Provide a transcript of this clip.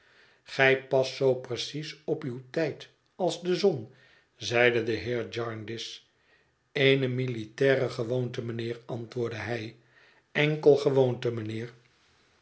gij past zoo precies op uw tijd als de zon zeide de heer jarndyce eene militaire gewoonte mijnheer antwoordde hij enkel gewoonte mijnheer